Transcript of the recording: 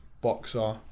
Boxer